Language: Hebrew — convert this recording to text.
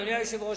אדוני היושב-ראש,